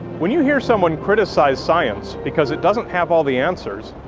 when your hear someone criticize science because it doesn't have all the answers,